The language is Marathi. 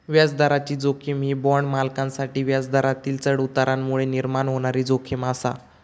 व्याजदराची जोखीम ही बाँड मालकांसाठी व्याजदरातील चढउतारांमुळे निर्माण होणारी जोखीम आसा